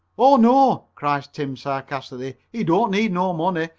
oh, no, cries tim sarcastically, he don't need no money.